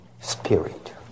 spirit